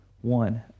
one